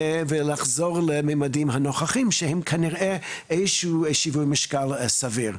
ולחזור לממדים הנוכחיים שהם כנראה איזשהו שיווי משקל סביר?